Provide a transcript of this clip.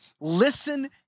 listen